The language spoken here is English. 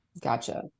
Gotcha